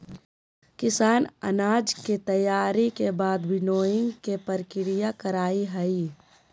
किसान अनाज के तैयारी के बाद विनोइंग के प्रक्रिया करई हई